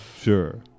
Sure